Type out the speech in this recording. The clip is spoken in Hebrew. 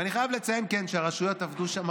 ואני חייב לציין שהרשויות עבדו שם